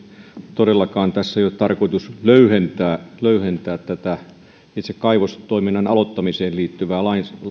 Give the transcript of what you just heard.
todellakaan tässä ei ole tarkoitus löyhentää löyhentää itse kaivostoiminnan aloittamiseen liittyvää